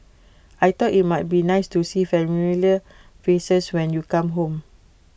I thought IT might be nice to see familiar faces when you come home